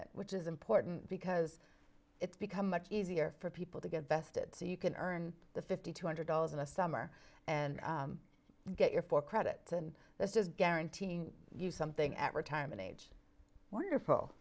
t which is important because it's become much easier for people to get vested so you can earn the fifty two hundred dollars in the summer and get your four credit and that's just guaranteeing you something at retirement age wonderful